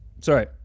Sorry